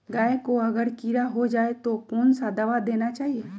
गाय को अगर कीड़ा हो जाय तो कौन सा दवा देना चाहिए?